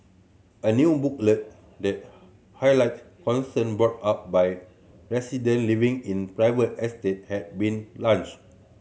a new booklet that highlight concern brought up by resident living in private estate has been launched